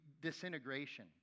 disintegration